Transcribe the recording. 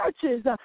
Churches